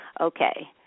Okay